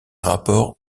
rapport